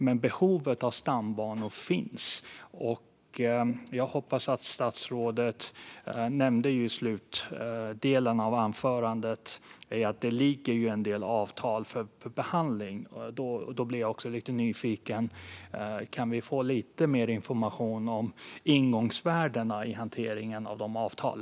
Men behovet av dessa stambanor finns. Statsrådet nämnde i slutet av svaret att det finns en del avtal som ska behandlas, och då blir jag lite nyfiken. Kan vi få lite mer information om ingångsvärdena i hanteringen av dessa avtal?